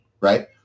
right